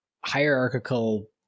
hierarchical